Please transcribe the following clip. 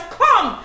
come